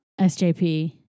SJP